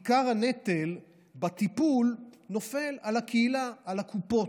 עיקר נטל הטיפול נופל על הקהילה, על הקופות.